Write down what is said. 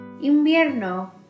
Invierno